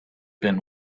been